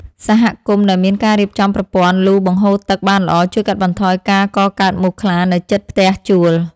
សហគមន៍ដែលមានការរៀបចំប្រព័ន្ធលូបង្ហូរទឹកបានល្អជួយកាត់បន្ថយការកកើតមូសខ្លានៅជិតផ្ទះជួល។